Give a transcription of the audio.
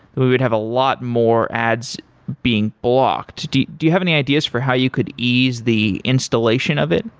we would have a lot more ads being blocked. do you do you have any ideas for how you could ease the installation of it?